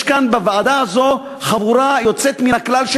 יש כאן בוועדה הזאת חבורה יוצאת מן הכלל,